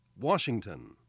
Washington